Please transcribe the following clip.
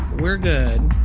we're good.